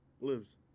lives